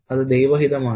അത് ദൈവഹിതമാണ്